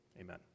amen